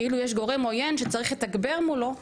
כאילו יש גורם עוין שצריך לתגבר מולו,